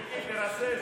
מיקי, תרסס.